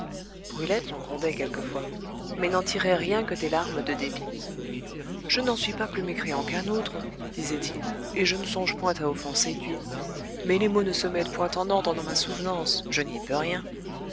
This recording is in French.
brulette l'en grondait quelquefois mais n'en tirait rien que des larmes de dépit je n'en suis pas plus mécréant qu'un autre disait-il et je ne songe point à offenser dieu mais les mots ne se mettent point en ordre dans ma souvenance je n'y peux rien